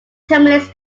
terminates